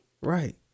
Right